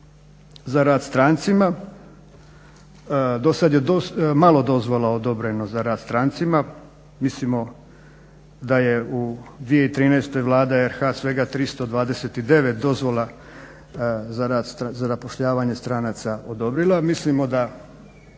za rad strancima. Dosad je malo dozvola odobreno za rad strancima. Mislimo da je u 2013. Vlada RH svega 329 dozvola za zapošljavanje stranaca odobrila. Mislimo da